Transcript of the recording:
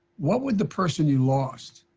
what would the person you lost,